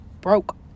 Broke